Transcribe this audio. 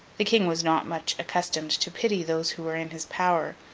the king was not much accustomed to pity those who were in his power,